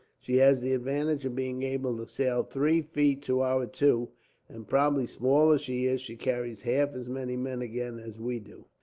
she has the advantage of being able to sail three feet to our two and probably, small as she is, she carries half as many men again as we do.